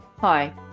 Hi